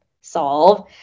solve